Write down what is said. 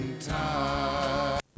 time